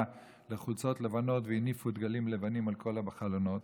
לחולצות לבנות והניפו דגלים לבנים על כל החלונות.